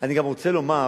אני גם רוצה לומר